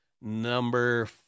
Number